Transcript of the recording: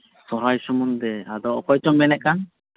ᱥᱚᱨᱦᱟᱭ ᱥᱩᱢᱩᱝ ᱜᱮ ᱟᱫᱚ ᱚᱠᱚᱭ ᱪᱚᱢ ᱢᱮᱱᱮᱫ ᱠᱟᱱ